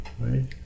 right